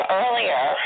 earlier